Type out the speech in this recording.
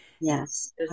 Yes